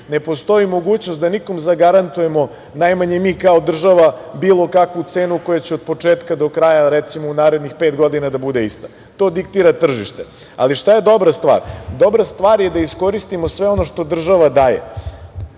Ne postoji mogućnost da nekome zagarantujemo, najmanje mi kao država, bilo kakvu cenu koja će od početka do kraja, recimo, u narednih pet godina, da bude ista. To diktira tržište. Ali šta je dobra stvar? Dobra stvar je da iskoristimo sve ono što država daje.